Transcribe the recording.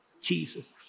Jesus